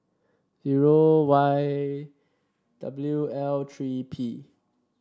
zero Y W L three P